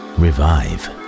revive